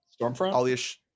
Stormfront